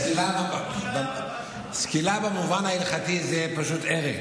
סקילה במובן ההלכתי זה פשוט הרג.